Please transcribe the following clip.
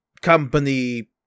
company